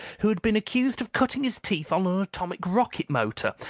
who had been accused of cutting his teeth on an atomic rocket motor,